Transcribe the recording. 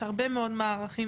יש הרבה מאוד מערכים